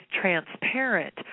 transparent